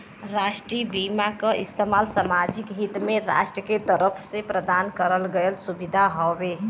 राष्ट्रीय बीमा क इस्तेमाल सामाजिक हित में राष्ट्र के तरफ से प्रदान करल गयल सुविधा हउवे